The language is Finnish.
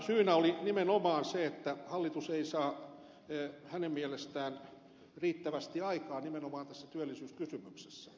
syynä oli nimenomaan se että hallitus ei saa hänen mielestään riittävästi aikaan nimenomaan tässä työllisyyskysymyksessä